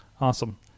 Awesome